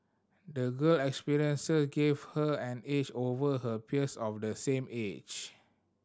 the girl experiences gave her an edge over her peers of the same age